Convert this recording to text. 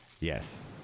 Yes